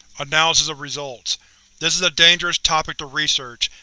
analysis of results this is a dangerous topic to research,